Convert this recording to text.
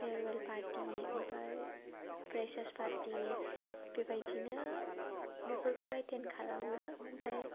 farewell party ओमफ्राय freshers party बेबायदिनो बेफोरखौ एटेन्ड खालामो ओमफ्राय